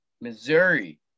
Missouri